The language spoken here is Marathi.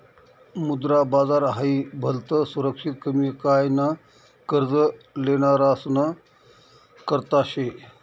मुद्रा बाजार हाई भलतं सुरक्षित कमी काय न कर्ज लेनारासना करता शे